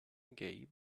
gay